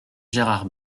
gérard